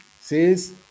says